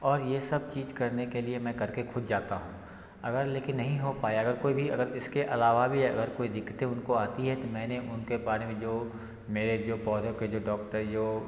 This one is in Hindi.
और ये सब चीज़ करने के लिए मैं कर के ख़ुद जाता हूँ अगर लेकिन नहीं हो पाया अगर कोई भी अगर इसके अलावा भी अगर कोई दिक्कतें उनको आती है तो मैंने उनके बारे में जो मेरे जो पौधों के जो डॉक्टर जो